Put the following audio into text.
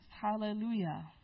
hallelujah